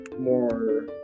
more